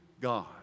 God